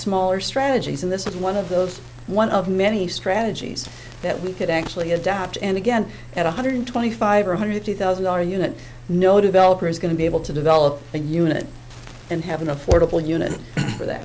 smaller strategies and this is one of those one of many strategies that we could actually adapt and again at one hundred twenty five or one hundred fifty thousand our unit no developer is going to be able to develop a unit and have an affordable unit for th